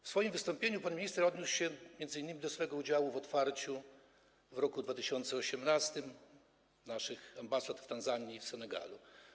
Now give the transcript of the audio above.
W swoim wystąpieniu pan minister odniósł się m.in. do swego udziału w otwarciu w roku 2018 naszych ambasad w Tanzanii i Senegalu.